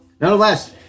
nonetheless